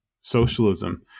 socialism